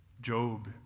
Job